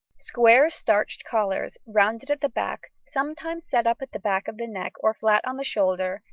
square starched collars, rounded at the back, sometimes set up at the back of the neck or flat on the shoulder,